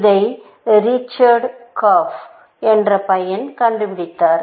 இதை Richard Korf என்ற பையன் கண்டுபிடித்தார்